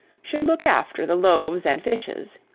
should look after the loaves and fishes,